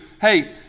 Hey